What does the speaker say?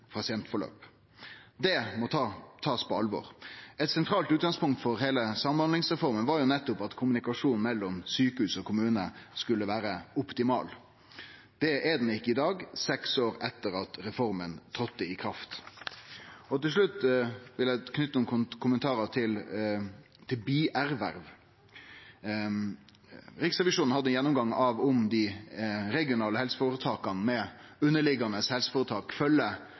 pasientforløp. Dette må tas på alvor. Eit sentralt utgangspunkt for heile samhandlingsreforma var nettopp at kommunikasjonen mellom sjukehus og kommune skulle vere optimal. Slik er det ikkje i dag – seks år etter at reforma trådde i kraft. Til slutt vil eg knyte nokre kommentarar til bierverv. Riksrevisjonen hadde ein gjennomgang av om dei regionale helseføretaka med underliggjande helseføretak